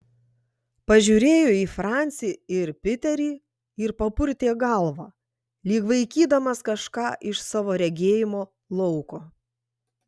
pažiūrėjo į francį ir piterį ir papurtė galvą lyg vaikydamas kažką iš savo regėjimo lauko